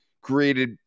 created